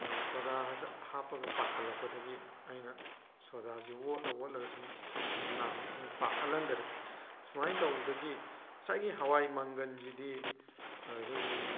ꯁꯣꯗꯥꯁꯦ ꯍꯥꯞꯄꯒ ꯄꯥꯈꯠꯂꯛꯄꯗꯒꯤ ꯑꯩꯅ ꯁꯣꯗꯥꯁꯦ ꯑꯣꯠꯂ ꯑꯣꯠꯂꯒ ꯁꯨꯝ ꯉꯥꯛ ꯄꯥꯈꯠꯍꯟꯗꯔꯦ ꯁꯨꯃꯥꯏꯅ ꯇꯧꯕꯗꯒꯤ ꯉꯁꯥꯏꯒꯤ ꯍꯋꯥꯏ ꯃꯪꯒꯟꯁꯤꯗꯤ ꯑꯩꯈꯣꯏꯒꯤ